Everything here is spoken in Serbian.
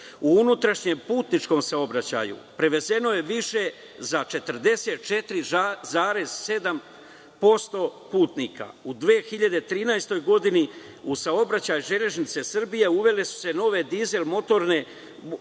U unutrašnjem putničkom saobraćaju prevezeno je više za 44,7% putnika. U 2013. godini u saobraćaju „Železnice Srbije“ uveli su nove dizel motorne vozove